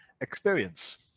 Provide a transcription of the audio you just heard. experience